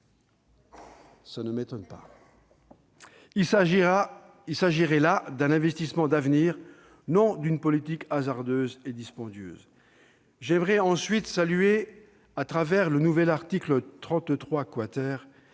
bon coeur ! Il s'agirait là d'un investissement d'avenir, non d'une politique hasardeuse et dispendieuse ! J'aimerais ensuite saluer, au travers du nouvel article 33 ,